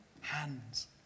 Hands